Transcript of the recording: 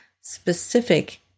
specific